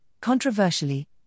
controversially